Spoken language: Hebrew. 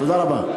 תודה רבה.